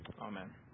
Amen